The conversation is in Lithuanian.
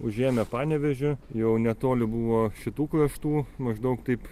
užėmę panevėžį jau netoli buvo šitų kraštų maždaug taip